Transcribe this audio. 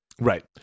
right